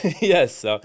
Yes